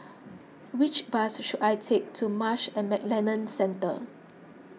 which bus should I take to Marsh and McLennan Centre